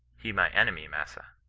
he my enemy, massa,